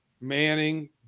Manning